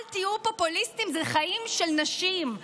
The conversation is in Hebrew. אל תהיו פופוליסטיים, זה חיים של נשים.